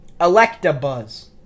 Electabuzz